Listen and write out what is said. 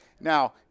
Now